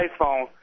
iPhone